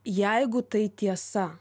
jeigu tai tiesa